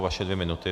Vaše dvě minuty.